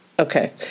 Okay